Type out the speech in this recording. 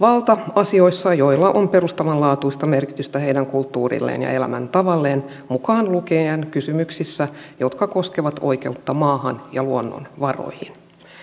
asioissa joilla on perustavanlaatuista merkitystä heidän kulttuurilleen ja elämäntavalleen mukaan lukien kysymyksissä jotka koskevat oikeutta maahan ja luonnonvaroihin